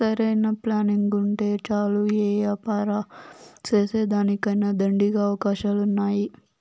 సరైన ప్లానింగుంటే చాలు యే యాపారం సేసేదానికైనా దండిగా అవకాశాలున్నాయి